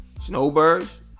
Snowbirds